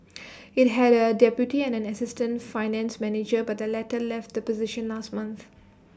IT had A deputy and an assistant finance manager but the latter left the position last month